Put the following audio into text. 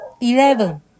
Eleven